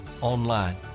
online